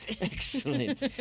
Excellent